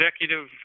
executive